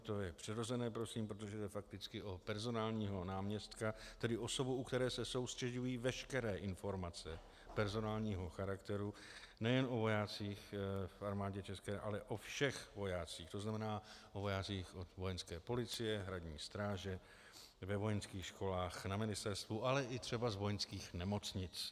To je prosím přirozené, protože jde fakticky o personálního náměstka, tedy osobu, u které se soustřeďují veškeré informace personálního charakteru nejen o vojácích v armádě české, ale o všech vojácích, to znamená o vojácích od vojenské policie, hradní stráže, ve vojenských školách, na ministerstvu, ale i třeba z vojenských nemocnic.